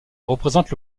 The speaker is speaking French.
représente